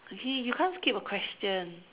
actually you can't skip a question